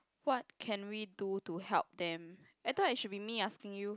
what can we do to help them I thought it should be me asking you